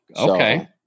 Okay